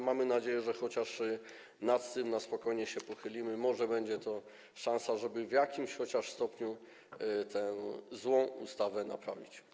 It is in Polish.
Mamy nadzieję, że chociaż nad tym na spokojnie się pochylimy, może będzie to szansa, żeby chociaż w jakimś stopniu tę złą ustawę naprawić.